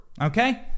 Okay